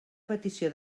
petició